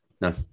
No